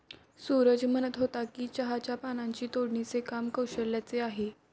सूरज म्हणत होता की चहाच्या पानांची तोडणीचे काम कौशल्याचे आहे